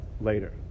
later